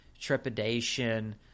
trepidation